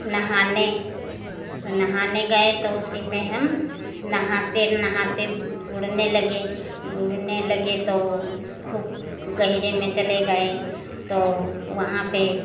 नहाने नहाने गए तो उसी में हम नहाते नहाते बूड़ने लगे बूड़ने लगे तो खूब गहिरे में चले गए तो वहाँ पर